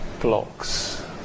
blocks